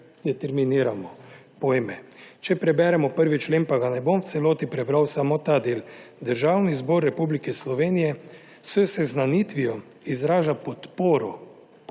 determiniramo pojme. Če preberemo 1. člen, pa ga ne bom v celoti prebral, samo ta del: »Državni zbor Republike Slovenije s seznanitvijo izraža podporo